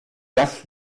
das